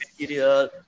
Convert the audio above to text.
material